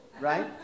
right